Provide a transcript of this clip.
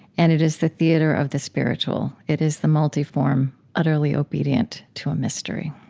and it is the theater of the spiritual it is the multiform utterly obedient to a mystery.